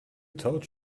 told